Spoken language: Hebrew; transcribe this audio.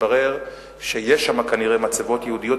מתברר שיש שם כנראה מצבות יהודיות,